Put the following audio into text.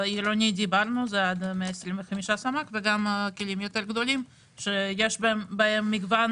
עירוני זה עד 125 סמ"ק וגם כלים יותר גדולים שיש בהם מגוון